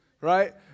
Right